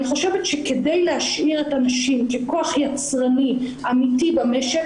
אני חושבת שכדי להשאיר את הנשים ככוח יצרני אמיתי במשק,